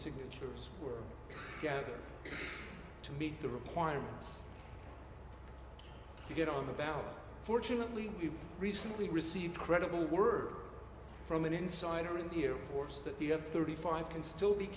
signatures were gathered to meet the requirements to get on the ballot fortunately you recently received credible were from an insider in the air force that you have thirty five can still be